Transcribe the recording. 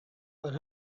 but